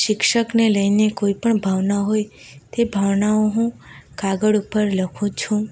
શિક્ષકને લઈને કોઈ પણ ભાવના હોય તે ભાવનાઓ હું કાગળ ઉપર લખું છું